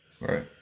Right